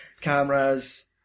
cameras